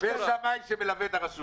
ושמאי שמלווה את הרשות.